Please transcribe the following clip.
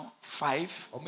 five